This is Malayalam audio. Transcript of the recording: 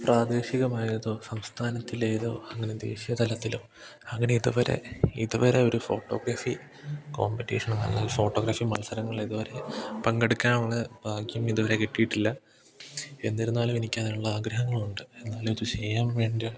പ്രാദേശികമായതോ സംസ്ഥാനത്തിലേതോ അങ്ങനെ ദേശീയ തലത്തിലോ അങ്ങനെ ഇതുവരെ ഇതുവരെ ഒരു ഫോട്ടോഗ്രഫി കോമ്പറ്റീഷനല്ലേൽ ഫോട്ടോഗ്രഫി മത്സരങ്ങളിതുവരെ പങ്കെടുക്കാനുള്ള ഭാഗ്യം ഇതുവരെ കിട്ടിയിട്ടില്ല എന്നിരുന്നാലും എനിക്കതിനുള്ള ആഗ്രഹങ്ങളുണ്ട് എന്നാലും ഇത് ചെയ്യാൻ വേണ്ടിയ